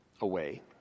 away